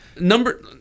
number